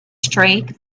streak